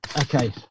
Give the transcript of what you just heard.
Okay